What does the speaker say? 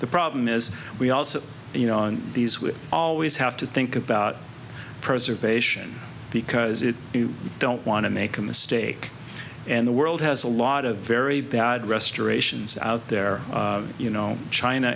the problem is we also you know on these we always have to think about preservation because if you don't want to make a mistake and the world has a lot of very bad restorations out there you know china